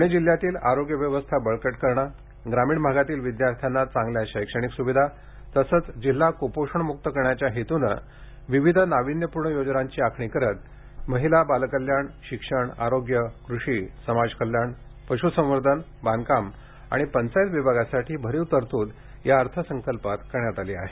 पुणे जिल्ह्यातील आरोग्य व्यवस्था बळकट करणे ग्रामीण भागातील विद्यार्थ्यांना चांगल्या शैक्षणिक सुविधा तसेच जिल्हा कुपोषणमुक्त करण्याच्या हेतूने विविध नाविन्यपूर्ण योजनांची आखणी करत महिला बालकल्याण शिक्षण आरोग्य कृषी समाजकल्याण पश्संवर्धन बांधकाम आणि पंचायत विभागासाठी भरीव तरतूद या अर्थसंकल्पांत करण्यात आली आहे